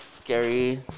scary